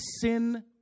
Sin